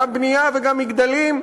גם בנייה וגם מגדלים,